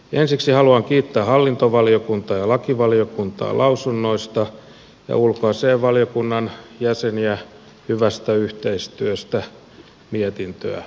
ensiksi haluan kiittää hallintovaliokuntaa ja lakivaliokuntaa lausunnoista ja ulkoasiainvaliokunnan jäseniä hyvästä yhteistyöstä mietintöä tehtäessä